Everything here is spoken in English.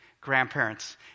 grandparents